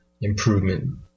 improvement